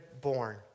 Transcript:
born